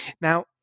Now